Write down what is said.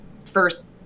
first